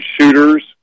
shooters